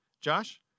Josh